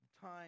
time